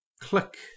click